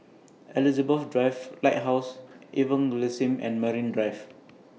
Elizabeth Drive Lighthouse Evangelism and Marine Drive